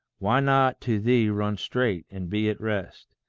why not to thee run straight, and be at rest?